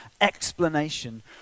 explanation